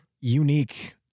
unique